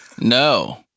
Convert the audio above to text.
No